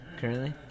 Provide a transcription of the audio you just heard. currently